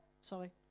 sorry